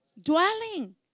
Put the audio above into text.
Dwelling